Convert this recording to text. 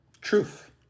truth